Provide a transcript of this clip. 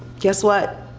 guess what,